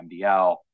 MDL